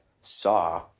saw